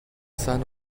son